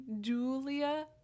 Julia